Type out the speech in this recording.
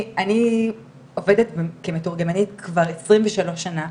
אני עובדת כמתורגמנית כבר עשרים ושלוש שנה,